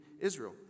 Israel